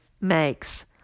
makes